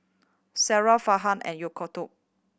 Sarah Farhan and Yaakob